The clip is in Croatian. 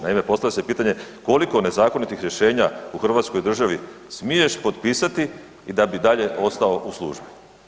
Naime, postavlja se pitanje koliko nezakonitih rješenja u hrvatskoj državi smiješ potpisati i da bi dalje ostao u službi?